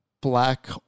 black